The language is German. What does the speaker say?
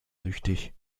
süchtig